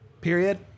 period